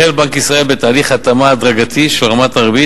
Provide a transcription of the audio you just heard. החל בנק ישראל בתהליך התאמה הדרגתי של רמת הריבית